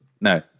no